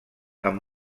amb